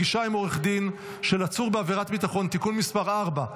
(פגישה עם עורך דין של עצור בעבירת ביטחון) (תיקון מס' 4),